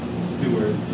steward